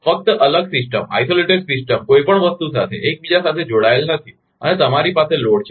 ફક્ત અલગ સિસ્ટમ કોઈ પણ વસ્તુ સાથે એકબીજા સાથે જોડાયેલ નથી અને તમારી પાસે ભારલોડ છે